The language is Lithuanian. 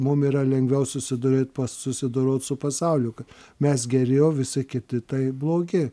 mum yra lengviau susidaryt po susidorot su pasauliu mes geri o visi kiti tai blogi